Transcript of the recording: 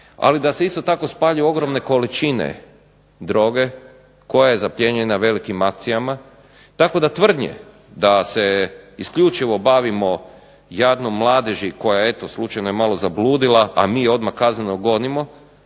ali da se isto tako smanje ogromne količine droge koja je zaplijenjena velikim akcijama tako da tvrdnje da se isključivo bavimo jadnom mladeži koja eto slučajno je malo zabludila, a mi odmah kazneno gonimo,